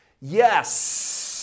Yes